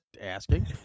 asking